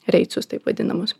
reicus taip vadinamus